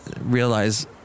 realize